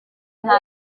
nta